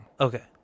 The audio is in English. Okay